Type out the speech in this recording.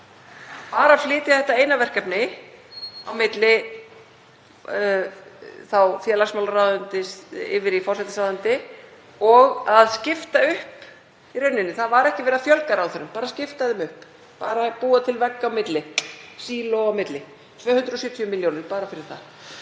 við að flytja þetta eina verkefni milli félagsmálaráðuneytis yfir í forsætisráðuneyti og að skipta upp í rauninni. Það var ekki verið að fjölga ráðherrum, bara skipta þeim upp, bara búa til vegg á milli, síló á milli, 270 milljónir bara fyrir það.